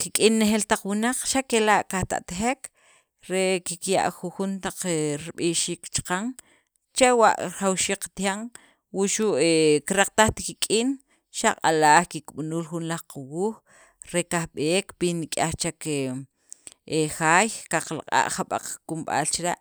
kik'in nejel taq wunaq xa' kela' qata'tjek re kikya' jujon taq rib'ixiik chaqan chewa' rajawxiik qatijan wuxu' kiraqtajt kik'in xa' q'alaj kikb'anuul jun laj qawuuj re kajb'eek pi nik'yaj chek he jaay qalaq'a' jab'ek qakunb'al chila'.